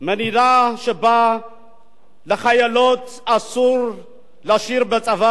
מדינה שבה לחיילות אסור לשיר בצבא,